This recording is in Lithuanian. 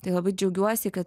tai labai džiaugiuosi kad